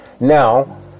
Now